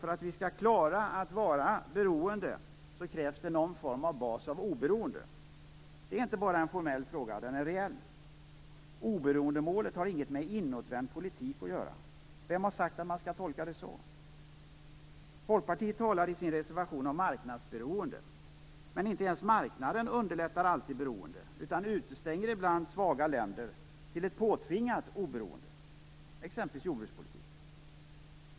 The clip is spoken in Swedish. För att vi skall klara av att vara beroende krävs det någon sorts bas av oberoende. Detta är inte bara en formell fråga, utan också en reell fråga. Oberoendemålet har ingenting med inåtvänd politik att göra. Vem har sagt att man skall tolka det så? Folkpartiet talar i sin reservation om marknadsberoende, men inte ens marknaden underlättar alltid beroendet. Ibland utestänger den ju svaga länder så att de hamnar i ett påtvingat oberoende. Det gäller exempelvis jordbrukspolitiken.